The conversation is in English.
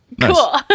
Cool